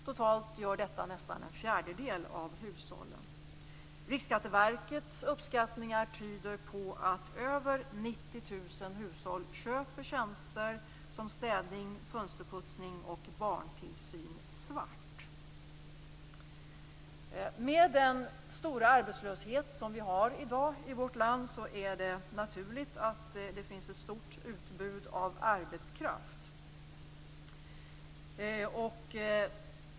Totalt innebär detta nästan en fjärdedel av hushållen. Riksskatteverkets uppskattning tyder på att över 90 000 hushåll köper tjänster som städning, fönsterputsning och barntillsyn svart. Med den stora arbetslöshet som vi har i dag i vårt land är det naturligt att det finns ett stort utbud av arbetskraft.